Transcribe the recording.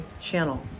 channel